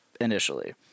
initially